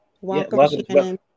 Welcome